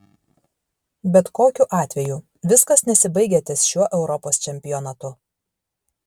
bet kokiu atveju viskas nesibaigia ties šiuo europos čempionatu